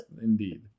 Indeed